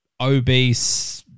obese